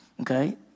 Okay